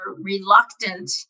reluctant